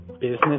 business